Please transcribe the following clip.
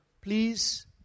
Please